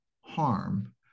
harm